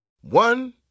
One